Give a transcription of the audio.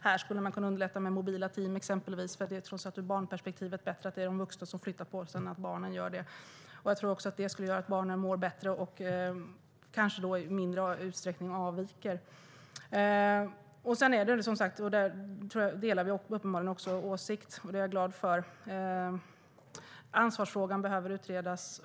Här skulle man kunna underlätta med exempelvis mobila team, för det är trots allt ur ett barnperspektiv bättre att de vuxna förflyttar sig än att barnen gör det. Jag tror att det skulle göra att barnen skulle må bättre och att de kanske i mindre utsträckning skulle avvika. Här delar vi uppenbarligen också åsikt, och det är jag glad för. Ansvarsfrågan behöver utredas.